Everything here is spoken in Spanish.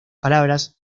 palabras